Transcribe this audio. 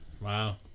Wow